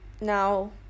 now